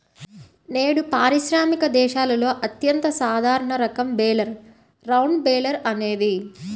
నేడు పారిశ్రామిక దేశాలలో అత్యంత సాధారణ రకం బేలర్ రౌండ్ బేలర్ అనేది